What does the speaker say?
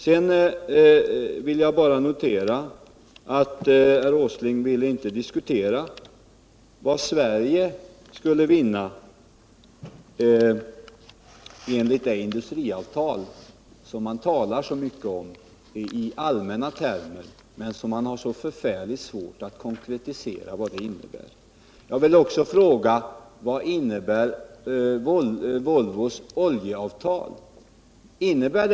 Sedan vill jag bara notera att herr Åsling inte vill diskutera vad Sverige skulle kunna vinna enligt det industriavtal som man talar så mycket om i allmänna termer men som man har så förfärligt svårt att konkretisera när man skall tala om vad det innebär. Jag vill också fråga vad Volvos oljeavtal innebär.